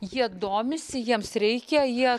jie domisi jiems reikia jie